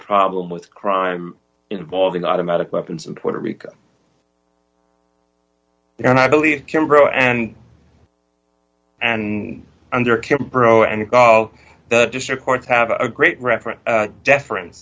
problem with crime involving automatic weapons in puerto rico and i believe kimbrel and and under kim perot and all the district courts have a great reference deference